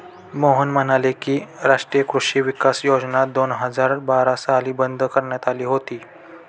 मोहन म्हणाले की, राष्ट्रीय कृषी विकास योजना दोन हजार बारा साली बंद करण्यात आली होती